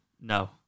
No